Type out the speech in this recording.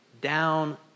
down